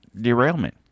derailment